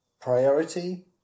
priority